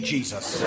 Jesus